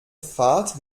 fahrt